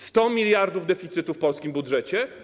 100 mld deficytu w polskim budżecie?